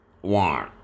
one